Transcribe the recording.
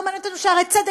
לא מעניין אותנו "שערי צדק",